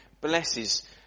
blesses